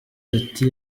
ati